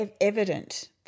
evident